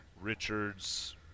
Richards